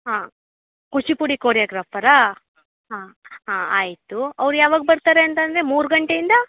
ಹಾಂ ಕೂಚಿಪುಡಿ ಕೋರ್ಯೋಗ್ರಾಫರ ಹಾಂ ಹಾಂ ಆಯಿತು ಅವ್ರು ಯಾವಾಗ ಬರ್ತಾರೆ ಅಂತಂದರೆ ಮೂರು ಗಂಟೆಯಿಂದ